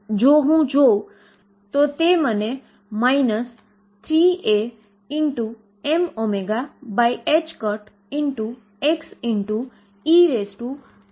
અને આ તે જ જવાબ છે જે અગાઉ વિલ્સન સમરફિલ્ડ ક્વોન્ટાઇઝેશન કંન્ડીશન દ્વારા મેળવવામાં આવ્યો હતો